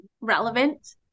relevant